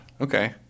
Okay